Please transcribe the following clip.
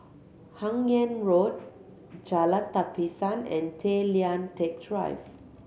Hun Yeang Road Jalan Tapisan and Tay Lian Teck Drive